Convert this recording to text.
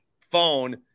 phone